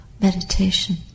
meditation